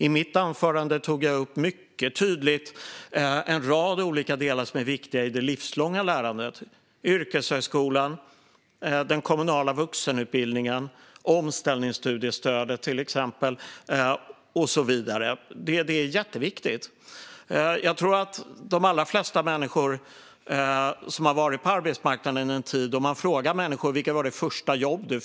I mitt anförande tog jag mycket tydligt upp en rad olika delar som är viktiga i det livslånga lärandet, som yrkeshögskolan, den kommunala vuxenutbildningen och till exempel omställningsstudiestödet - och så vidare. Det är jätteviktigt. Om man frågar människor som har varit en tid på arbetsmarknaden vilket som var det första jobbet de fick kommer de allra flesta ihåg det.